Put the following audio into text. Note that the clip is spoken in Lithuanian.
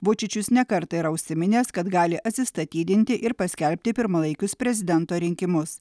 vučičius ne kartą yra užsiminęs kad gali atsistatydinti ir paskelbti pirmalaikius prezidento rinkimus